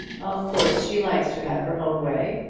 of course she likes to have her own way,